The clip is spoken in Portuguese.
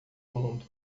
mundo